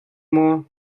maw